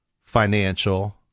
financial